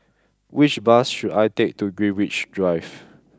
which bus should I take to Greenwich Drive